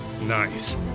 Nice